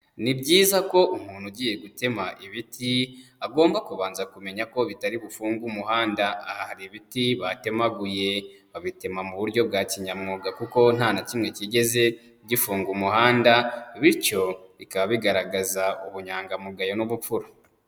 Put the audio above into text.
Ni byiza ko umuntu ugiye gutema ibiti, agomba kubanza kumenya ko bitari bufunge umuhanda, aha hari ibiti batemaguye, babitema mu buryo bwa kinyamwuga, kuko nta na kimwe kigeze gifunga umuhanda, bityo bikaba bigaragaza ubunyangamugayo n'ubupfura.